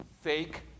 Fake